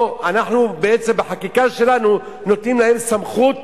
או בעצם בחקיקה שלנו אנחנו נותנים להם סמכות